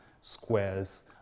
squares